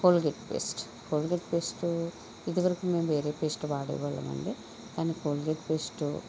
Colgate paste Colgate paste ఇది వరకు మేము వేరే పేస్ట్ వాడేవాళ్ళమండి కానీ కోల్గేట్ పేస్ట్